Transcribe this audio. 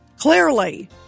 Clearly